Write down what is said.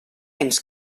ens